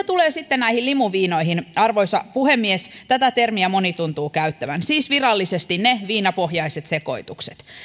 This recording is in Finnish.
tulee sitten näihin limuviinoihin arvoisa puhemies tätä termiä moni tuntuu käyttävän siis virallisesti viinapohjaisiin sekoituksiin